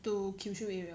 to Kyushu area ah